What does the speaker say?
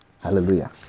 Hallelujah